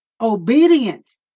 Obedience